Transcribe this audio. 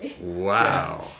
wow